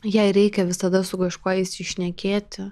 jai reikia visada su kažkuo išsišnekėti